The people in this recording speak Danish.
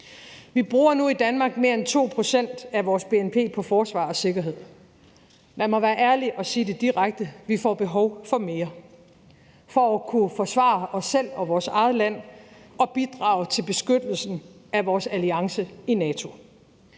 Vi bruger nu i Danmark mere end 2 pct. af vores bnp på forsvar og sikkerhed. Man må være ærlig og sige det direkte: Vi får behov for mere for at kunne forsvare os selv og vores eget land og bidrage til beskyttelsen af vores alliance i NATO.